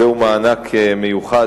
זהו מענק מיוחד,